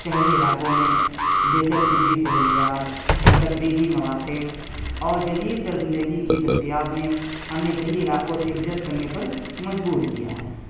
شہری علاقوں میں بہتر طبی سہولیات تفریحی مواقع اور جدیدتر زندگی کی دستیاب نے ہمیں دیہی علاکو سے ہجرت کرنے پر مجبور کیا ہے